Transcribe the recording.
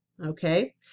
Okay